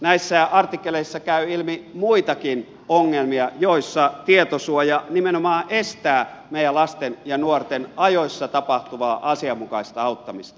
näissä artikkeleissa käy ilmi muitakin ongelmia joissa tietosuoja nimenomaan estää meidän lasten ja nuorten ajoissa tapahtuvaa asianmukaista auttamista